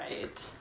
right